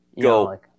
go